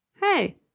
Hey